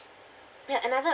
ya another